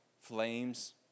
Flames